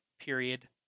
period